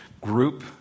group